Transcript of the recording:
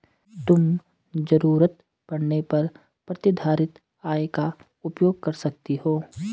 तुम ज़रूरत पड़ने पर प्रतिधारित आय का उपयोग कर सकती हो